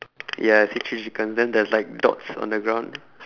ya I see three chickens then there's like dots on the ground